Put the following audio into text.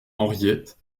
henriette